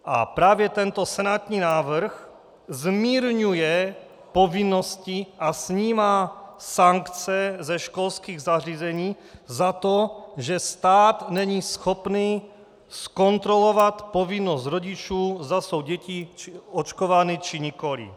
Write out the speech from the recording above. A právě tento senátní návrh zmírňuje povinnosti a snímá sankce ze školských zařízení za to, že stát není schopný zkontrolovat povinnost rodičů, zda jsou děti očkovány, či nikoliv.